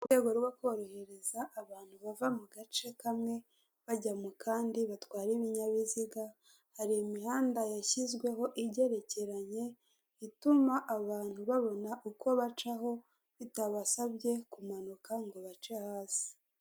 Mu rwego rwo korohereza abantu bava mu gace kamwe bajya mu kandi batwara ibinyabiziga, hari imihanda yashyizweho igerekeranye ituma abantu babona uko bacaho bitabasabye kumanuka ngo bace hasi.